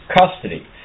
custody